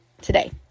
today